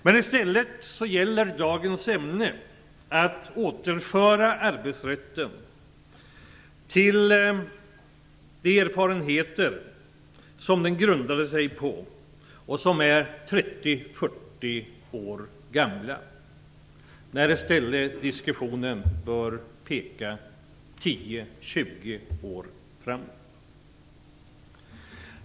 Dagens betänkande gäller att arbetsrätten skall återföras till ett system där erfarenheterna som det grundar sig på är 30-40 år gamla. Diskussionen borde i stället peka 10-20 år framåt.